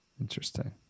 Interesting